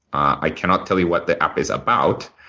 i cannot tell you what the app is about,